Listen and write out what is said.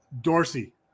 Dorsey